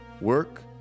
work